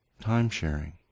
time-sharing